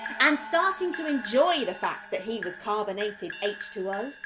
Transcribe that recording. and starting to enjoy the fact that he was carbonated h two o,